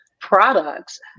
products